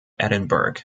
edinburgh